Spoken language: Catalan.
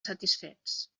satisfets